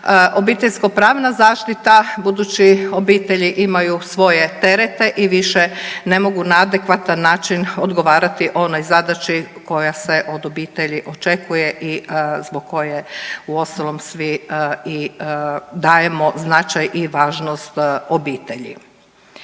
obiteljsko pravna zaštita budući obitelji imaju svoje terete i više ne mogu na adekvatan način odgovarati onoj zadaći koja od obitelji očekuje i zbog koje uostalom svi dajemo i značaj i važnost obitelji.